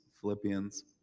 Philippians